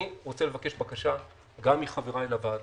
אני רוצה לבקש בקשה גם מחבריי לוועדה,